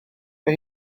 mae